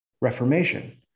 Reformation